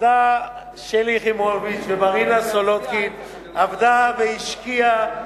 שלי יחימוביץ ומרינה סולודקין עבדו והשקיעו,